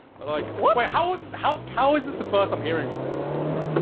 but like, what? how was, how how is this the first i'm hearing of this? yeah.